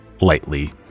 lightly